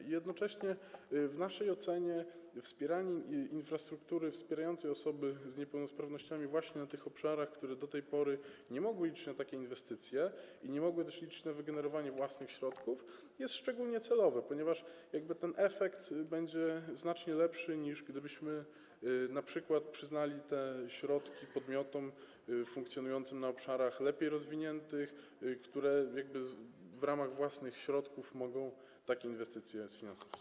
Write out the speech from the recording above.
I jednocześnie w naszej ocenie wspieranie infrastruktury wspierającej osoby z niepełnosprawnościami właśnie na tych obszarach, które do tej pory nie mogły liczyć na takie inwestycje i nie mogły też liczyć na wygenerowanie własnych środków, jest szczególnie celowe, ponieważ ten efekt będzie znacznie lepszy, niż gdybyśmy np. przyznali te środki podmiotom funkcjonującym na obszarach lepiej rozwiniętych, które w ramach własnych środków mogą takie inwestycje sfinansować.